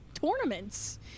tournaments